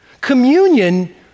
Communion